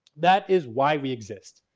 that is why we exist.